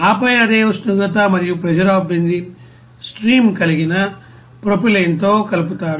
ఆపై అదే ఉష్ణోగ్రత మరియు ప్రెషర్ అఫ్ బెంజీన్ స్ట్రీమ్ కలిగిన ప్రొపైలిన్తో కలుపుతారు